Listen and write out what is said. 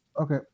okay